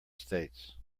states